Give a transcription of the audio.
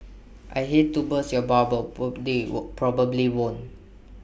I hate to burst your bubble but they were probably won't